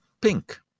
pink